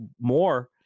more